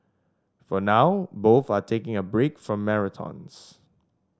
for now both are taking a break from marathons